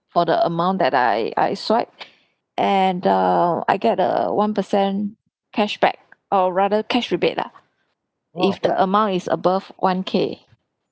for the amount that I I swiped and err I get a one per cent cashback or rather cash rebate lah if the amount is above one K